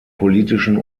politischen